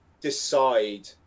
decide